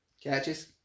Catches